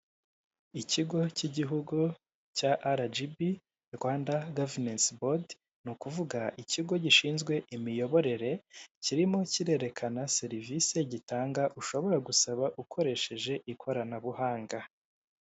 Ikigo cy igihugu cya arajibi Rwanda gavumensi bodi, ni ukuvuga ikigo gishinzwe imiyoborere kirimo kirerekana serivisi gitanga ushobora gusaba ukoresheje ikoranabuhanga.